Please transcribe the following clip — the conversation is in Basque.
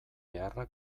beharra